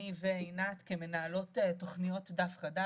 אני ועינת כמנהלות תוכנית "דף חדש".